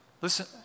Listen